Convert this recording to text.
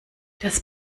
das